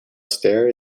stare